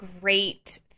great